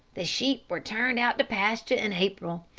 the sheep were turned out to pasture in april.